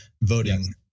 voting